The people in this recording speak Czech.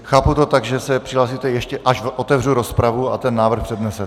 Chápu to tak, že se přihlásíte ještě, až otevřu rozpravu, a ten návrh přednesete?